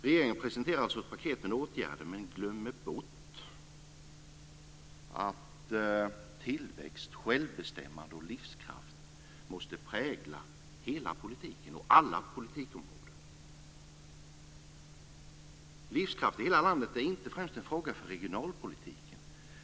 Regeringen presenterar ett paket med åtgärder men glömmer bort att tillväxt, självbestämmande och livskraft måste prägla hela politiken och alla politikområden. Livskraft i hela landet är inte främst en fråga för regionalpolitiken.